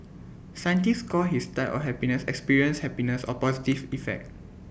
scientists call his type or happiness experienced happiness or positive effect